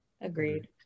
Agreed